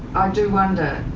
do wonder.